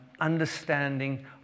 understanding